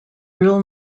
real